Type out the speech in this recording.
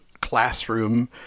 classroom